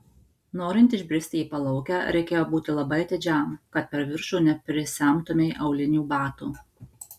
norint išbristi į palaukę reikėjo būti labai atidžiam kad per viršų neprisemtumei aulinių batų